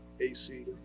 AC